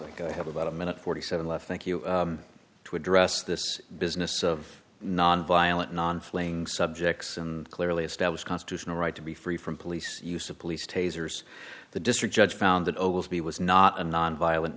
so i have about a minute forty seven left thank you to address this business of nonviolent non flying subjects and clearly established constitutional right to be free from police use of police tasers the district judge found that oval b was not a nonviolent